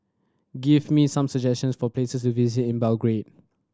give me some suggestions for places to visit in Belgrade